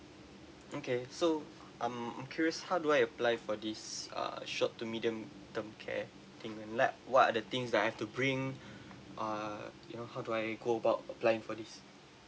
okay so I'm I'm curious how do I apply for this err short to medium term care what are the things that I've to bring ah you know how do I go about applying for this